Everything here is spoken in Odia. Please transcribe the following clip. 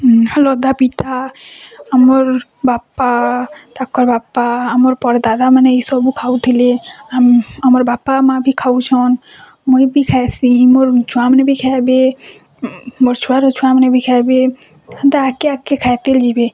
ପିଠା ଆମର୍ ବାପା ତାକର୍ ବାପା ଆମର ପରଦାଦାମାନେ ଏ ସବୁ ଖାଉଥିଲେ ଆମ୍ ଆମର୍ ବାପା ମାଁ ବି ଖାଉଛନ୍ ମୁଇଁ ବି ଖାଇସି ମୋର୍ ଛୁଆମାନେ ବି ଖାଇବେ ମୋର୍ ଛୁଆର ଛୁଆମାନେ ବି ଖାଇବେ ହେନ୍ତା ଆଗ୍କେ ଆଗ୍କେ ଖାଇତେ ଯିବେ